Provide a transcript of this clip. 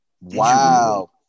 Wow